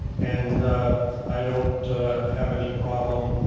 and i don't have any problem,